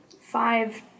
five